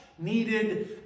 Needed